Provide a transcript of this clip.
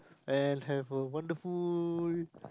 and have a wonderful